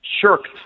shirked